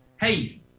hey